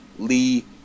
Lee